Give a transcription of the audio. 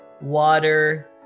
water